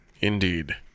Indeed